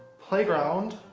playground